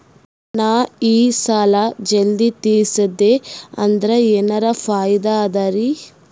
ನಾ ಈ ಸಾಲಾ ಜಲ್ದಿ ತಿರಸ್ದೆ ಅಂದ್ರ ಎನರ ಫಾಯಿದಾ ಅದರಿ?